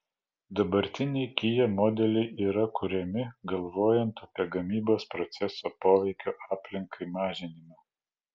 dabartiniai kia modeliai yra kuriami galvojant apie gamybos proceso poveikio aplinkai mažinimą